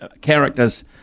characters